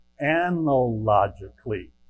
analogically